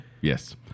Yes